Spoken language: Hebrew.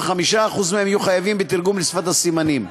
ו-5% מהם יהיו חייבים בתרגום לשפת הסימנים.